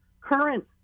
current